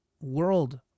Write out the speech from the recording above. world